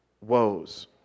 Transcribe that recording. woes